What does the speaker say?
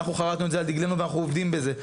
אנחנו חרטנו את זה על דגלנו ואנחנו עומדים בזה.